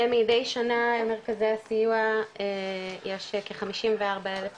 מדי שנה במרכזי הסיוע יש כ-54,000 פניות,